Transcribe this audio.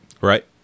Right